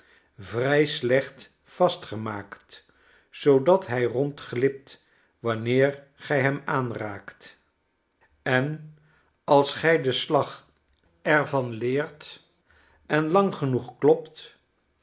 vrij slecht vastgemaakt zoodat hij rondglipt wanneer gij hem aanraakt en als gij den slag er van leert en lang genoeg klopt